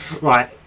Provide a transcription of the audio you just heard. Right